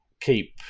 keep